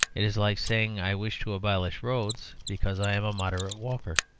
it is like saying, i wish to abolish roads because i am a moderate walker.